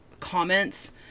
comments